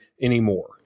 anymore